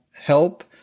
help